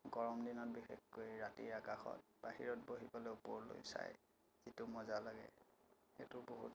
গৰম দিনত বিশেষকৈ ৰাতিৰ আকাশত বাহিৰত বহিবলৈ ওপৰলৈ চাই যিটো মজা লাগে সেইটো বহুত